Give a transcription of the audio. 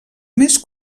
més